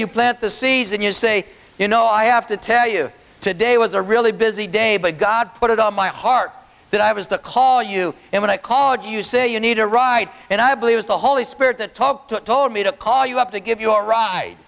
you plant the seeds and you say you know i have to tell you today was a really busy day but god put it on my heart that i was the call you and when i called you say you need a ride and i believe is the holy spirit that talked to told me to call you up to give you a ri